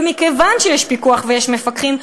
ומכיוון שיש פיקוח ויש מפקחים,